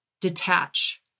detach